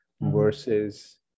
versus